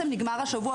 נגמר השבוע,